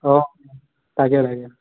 অ তাকে তাকে